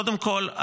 קודם כול,